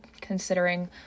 Considering